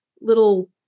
little